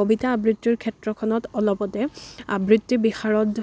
কবিতা আবৃত্তিৰ ক্ষেত্ৰখনত অলপতে আবৃত্তি বিশাৰদ